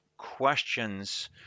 questions